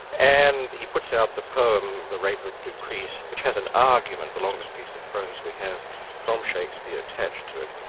and he puts out the poem the rape of lucrece, which has an argument, the longest piece of prose we have from shakespeare, attached to it,